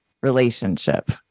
relationship